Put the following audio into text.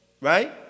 right